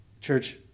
Church